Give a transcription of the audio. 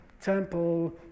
temple